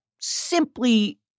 simply